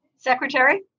Secretary